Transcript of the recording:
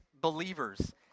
believers